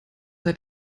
seit